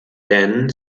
denn